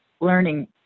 learning